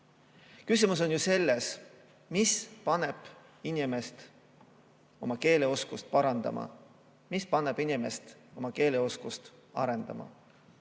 on ju selles, mis paneb inimest oma keeleoskust parandama, mis paneb inimest oma keeleoskust arendama.